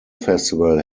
festival